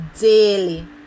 daily